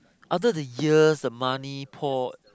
after the years the money poured